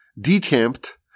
decamped